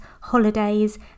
holidays